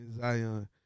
Zion